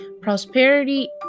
prosperity